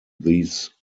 these